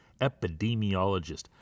Epidemiologist